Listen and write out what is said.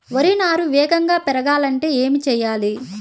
వరి నారు వేగంగా పెరగాలంటే ఏమి చెయ్యాలి?